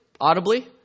Audibly